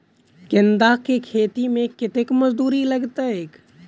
गेंदा केँ खेती मे कतेक मजदूरी लगतैक?